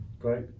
great